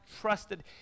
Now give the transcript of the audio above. trusted